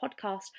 podcast